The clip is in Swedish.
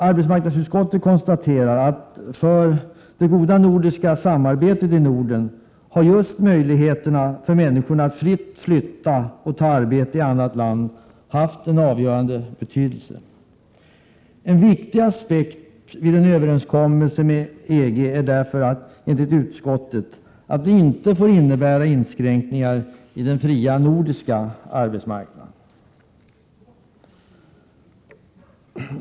Arbetsmarknadsutskottet konstaterar att just möjligheterna för människorna att fritt flytta och ta arbete i annat land haft avgörande betydelse för det goda samarbetet i Norden. En viktig aspekt vid en överenskommelse med EG är därför, enligt utskottet, att den inte får innebära inskränkningar i den fria nordiska arbetsmarknaden.